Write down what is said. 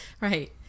right